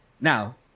Now